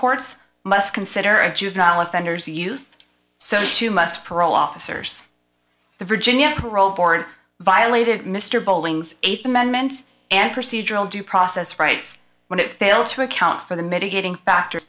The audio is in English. courts must consider a juvenile offenders youth so to must parole officers the virginia parole board violated mr bolling's eighth amendment and procedural due process rights when it failed to account for the mitigating factor